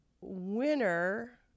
winner